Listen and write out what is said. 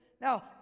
Now